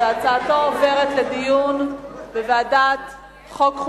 והצעתו עוברת לדיון בוועדת החוקה,